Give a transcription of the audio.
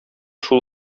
шул